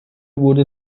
برد